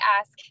ask